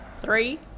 Three